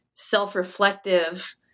self-reflective